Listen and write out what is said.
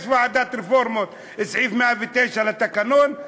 יש ועדת רפורמות בסעיף 109 לתקנון,